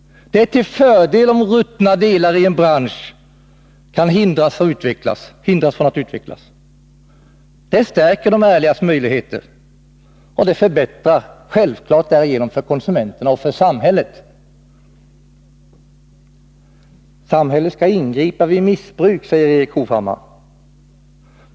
Det är till fördel om ruttna delar i en bransch kan förhindras från utveckling. Det stärker de ärligas möjligheter och det förbättrar självklart därigenom för konsumenterna och för samhället. Samhället skall ingripa vid missbruk, säger Erik Hovhammar.